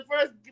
first